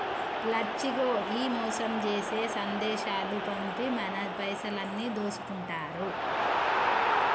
లచ్చిగో ఈ మోసం జేసే సందేశాలు పంపి మన పైసలన్నీ దోసుకుంటారు